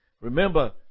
remember